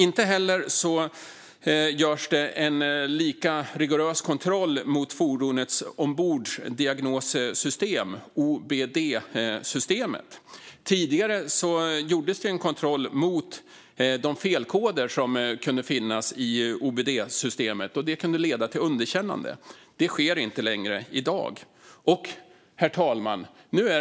Inte heller görs det en lika rigorös kontroll av fordonets omborddiagnossystem, OBD-systemet. Tidigare gjordes det en kontroll mot de felkoder som kunde finnas i OBD-systemet. Det kunde leda till underkännande. Detta sker inte längre, herr talman.